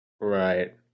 right